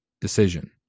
decision